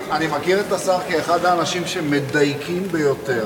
אני מכיר את השר כאחד האנשים שמדייקים ביותר.